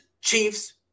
Chiefs